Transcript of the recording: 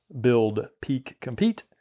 buildpeakcompete